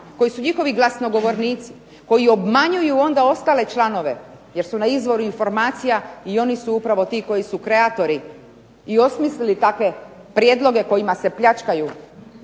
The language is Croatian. koji su njihovi glasnogovornici, koji obmanjuju onda ostale članove, jer su na izvoru informacija i oni su upravo ti koji su kreatori i osmislili takve prijedloge kojima se pljačkaju,